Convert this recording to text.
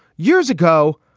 years ago,